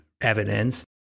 evidence